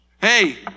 Hey